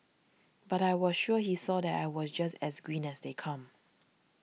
but I was sure he saw that I was just as green as they come